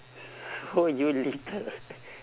so you litter